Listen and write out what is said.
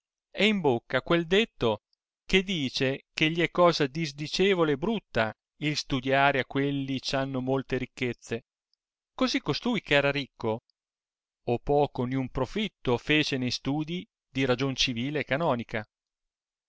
è in bocca quel detto che dice che gli è cosa disdicevole e brutta il studiare a quelli e hanno molte ricchezze così costui ch'era ricco o poco niun profitto fece ne studii di ragion civile e canonica